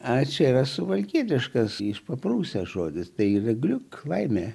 ačiū dieve suvalkietiškas iš paprūsės žodis tai yra gliuk laimė